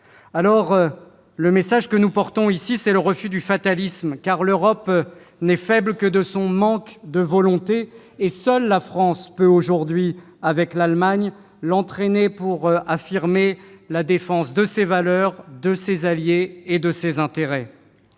choix. Le message que nous adressons ici, c'est celui du refus du fatalisme, car l'Europe n'est faible que de son manque de volonté. Aujourd'hui, seule la France peut, avec l'Allemagne, l'entraîner à affirmer la défense de ses valeurs, de ses alliés et de ses intérêts.